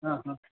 ಹಾಂ ಹಾಂ